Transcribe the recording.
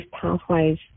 pathways